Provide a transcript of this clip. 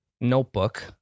notebook